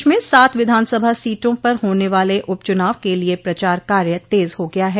प्रदेश में सात विधानसभा सीटों पर हाने वाले उप चूनाव के लिए प्रचार कार्य तेज हो गया है